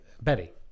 Betty